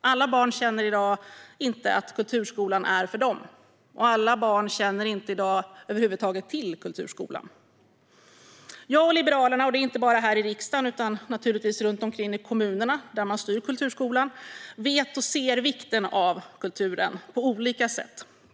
Alla barn känner inte i dag att kulturskolan är för dem, och alla barn känner inte i dag över huvud taget till kulturskolan. Jag och Liberalerna, inte bara här i riksdagen utan naturligtvis runt omkring i kommunerna där man styr kulturskolan, vet och ser vikten av kulturen på olika sätt.